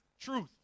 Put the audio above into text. truth